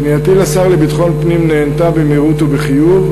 פנייתי לשר לביטחון פנים נענתה במהירות ובחיוב.